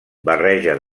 barreja